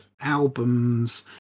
albums